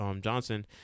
Johnson